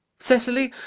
cecily,